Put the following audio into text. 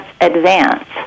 advance